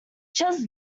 just